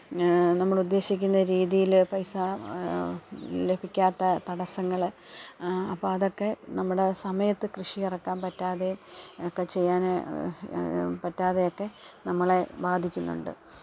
നമ്മൾ ഉദേശിക്കുന്ന രീതിയിൽ പൈസ ലഭിക്കാത്ത തടസങ്ങൾ അപ്പം അതൊക്കെ നമ്മുടെ സമയത്ത് കൃഷി ഇറക്കാൻ പറ്റാതെയും ഒക്കെ ചെയ്യാൻ പറ്റാതെയൊക്കെ നമ്മളെ ബാധിക്കുന്നുണ്ട്